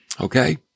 Okay